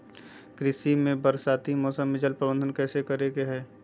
कृषि में बरसाती मौसम में जल प्रबंधन कैसे करे हैय?